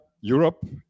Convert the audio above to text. Europe